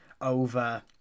over